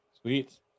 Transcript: Sweet